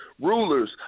rulers